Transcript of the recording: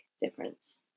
difference